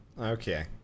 Okay